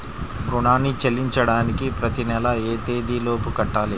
రుణాన్ని చెల్లించడానికి ప్రతి నెల ఏ తేదీ లోపు కట్టాలి?